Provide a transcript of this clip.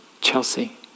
Chelsea